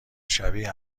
شبیه